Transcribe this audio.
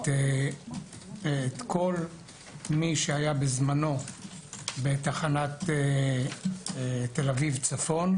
את כל מי שהיה בזמנו בתחנת תל אביב צפון,